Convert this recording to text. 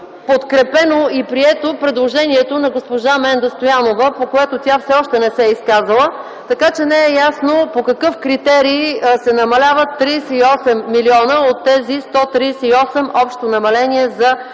подкрепено и прието и предложението на госпожа Менда Стоянова, по което тя още не се е изказвала, така че не е ясно по какъв критерий се намаляват 38 млн. лв. от общото намаление от